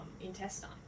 intestine